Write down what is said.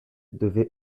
devait